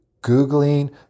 Googling